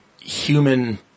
human